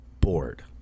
Bored